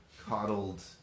coddled